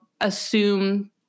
assume